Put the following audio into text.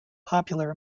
popular